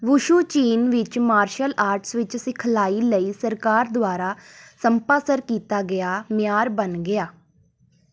wushu ਚੀਨ ਵਿੱਚ martial arts ਵਿੱਚ ਸਿਖਲਾਈ ਲਈ ਸਰਕਾਰ ਦੁਆਰਾ ਸਪਾਂਸਰ ਕੀਤਾ ਗਿਆ ਮਿਆਰ ਬਣ ਗਿਆ